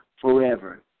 forever